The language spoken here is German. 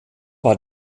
war